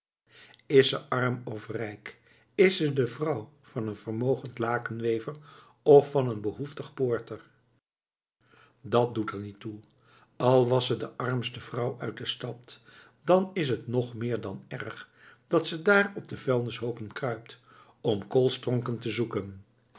ze arm of rijk is ze de vrouw van een vermogend lakenwever of van een behoeftig poorter dat doet er niet toe al was ze de armste vrouw uit de stad dan is het nog meer dan erg dat ze daar op de vuilnishoopen kruipt om koolstronken te zoeken